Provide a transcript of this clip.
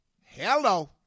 Hello